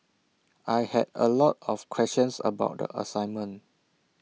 I had A lot of questions about the assignment